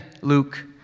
Luke